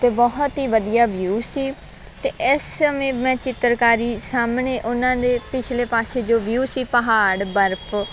ਅਤੇ ਬਹੁਤ ਹੀ ਵਧੀਆ ਵਿਊ ਸੀ ਅਤੇ ਇਸ ਸਮੇਂ ਮੈਂ ਚਿੱਤਰਕਾਰੀ ਸਾਹਮਣੇ ਉਹਨਾਂ ਦੇ ਪਿਛਲੇ ਪਾਸੇ ਜੋ ਵਿਊ ਸੀ ਪਹਾੜ ਬਰਫ